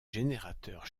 générateurs